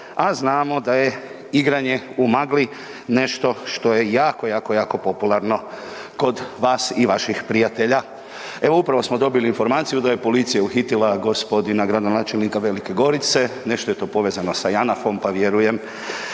a znamo da je igranje u magli nešto što je jako, jako, jako popularno kod vas i vaših prijatelja. Evo upravo smo dobili informaciju da je policija uhitila gospodina gradonačelnika Velike Gorice, nešto je to povezano sa JANAF-om pa vjerujem